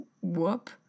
whoop